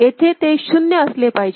येथे ते 0 असले पाहिजे